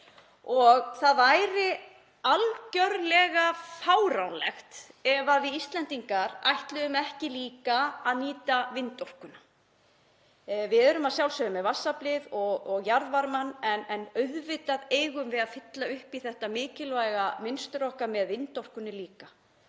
Það væri algerlega fáránlegt ef við Íslendingar ætluðum ekki líka að nýta vindorkuna. Við erum að sjálfsögðu með vatnsaflið og jarðvarmann en auðvitað eigum við að fylla upp í þetta mikilvæga mynstur okkar með vindorkunni líka.